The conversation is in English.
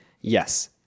Yes